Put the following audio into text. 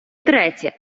третє